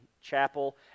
chapel